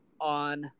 on